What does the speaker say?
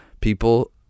people